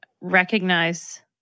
recognize